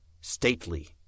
stately